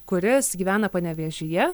kuris gyvena panevėžyje